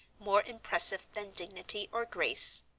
more impressive than dignity or grace.